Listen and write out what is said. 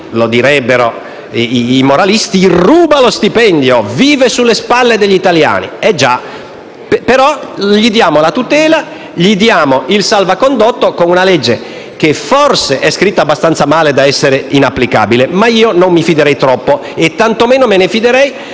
lo direbbero i moralisti - ruba lo stipendio, vive sulle spalle degli italiani. Però gli diamo la tutela e il salvacondotto con una legge che forse è scritta abbastanza male da essere inapplicabile, ma io non mi fiderei troppo. Tanto meno mi fiderei